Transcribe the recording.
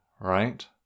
right